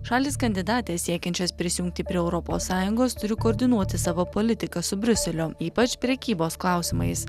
šalys kandidatės siekiančios prisijungti prie europos sąjungos turi koordinuoti savo politiką su briuseliu ypač prekybos klausimais